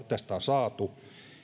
tästä on saatu